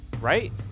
Right